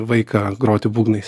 vaiką groti būgnais